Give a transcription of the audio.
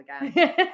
again